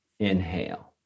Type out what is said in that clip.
Inhale